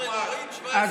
להם בכסף.